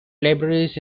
libraries